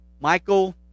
Michael